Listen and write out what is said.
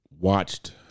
watched